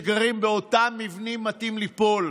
במי שגרים באותם מבנים מטים לנפול.